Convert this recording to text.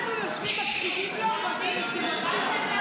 אנחנו יושבים, מקשיבים לו.